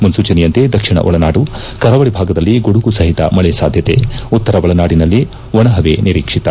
ಮುನ್ನೊಚನೆಯಂತೆ ದಕ್ಷಿಣ ಒಳನಾಡು ಕರಾವಳಿ ಭಾಗದಲ್ಲಿ ಗುಡುಗು ಸಹಿತ ಮಳೆ ಸಾಧ್ಯತೆ ಉತ್ತರ ಒಳನಾಡಿನಲ್ಲಿ ಒಣ ಹವೆ ನಿರೀಕ್ಷಿತ